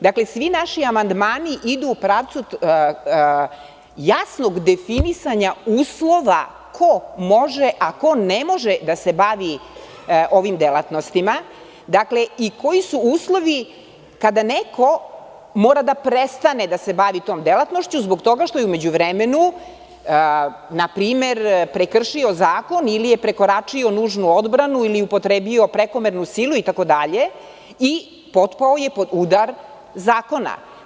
Dakle, svi naši amandmani idu u pravcu jasnog definisanja uslova ko može a ko ne može da se bavi ovim delatnostima i koji su uslovi kada neko mora da prestane da se bavi tom delatnošću zbog toga što je u međuvremenu, na primer, prekršio zakon ili je prekoračio nužnu odbranu ili upotrebio prekomernu silu itd. i potpao je pod udar zakona.